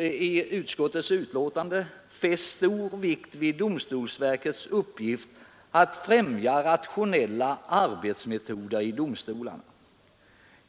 i utskottets betänkande, fäst stor vikt vid domstolsverkets uppgift att främja rationella arbetsmetoder i domstolarna.